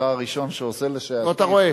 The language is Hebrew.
אתה הראשון שעושה לשעתיד, אתה רואה?